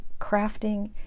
crafting